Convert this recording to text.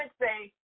say